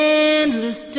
endless